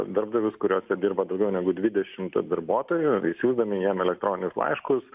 darbdavius kuriuose dirba daugiau negu dvidešimt darbuotojų išsiųsdami jiem elektroninius laiškus